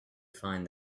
find